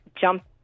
jump